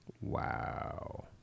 Wow